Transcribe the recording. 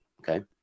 Okay